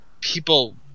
people